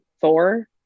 Thor